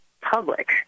public